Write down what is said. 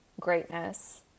greatness